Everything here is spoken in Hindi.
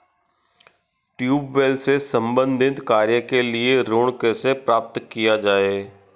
ट्यूबेल से संबंधित कार्य के लिए ऋण कैसे प्राप्त किया जाए?